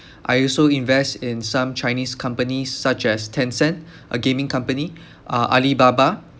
I also invest in some chinese companies such as tencent a gaming company uh alibaba